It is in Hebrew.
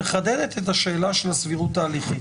מחדדת את השאלה של הסבירות ההליכית.